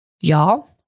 y'all